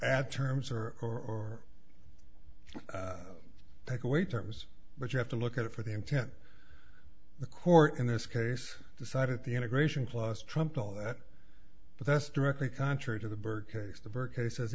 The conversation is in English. add terms or or take away terms but you have to look at it for the intent the court in this case decided the integration plus trumped all that but that's directly contrary to the bird case the bird cases